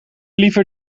liever